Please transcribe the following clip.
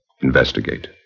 investigate